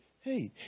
hey